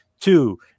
two